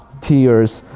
tears,